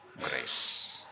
grace